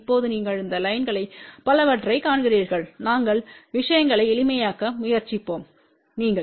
இப்போது நீங்கள் இந்த லைன்களை பலவற்றைக் காண்கிறீர்கள் நாங்கள் விஷயங்களை எளிமையாக்க முயற்சிப்போம் நீங்கள்